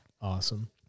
Awesome